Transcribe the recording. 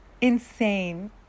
insane